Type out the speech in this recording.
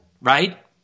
right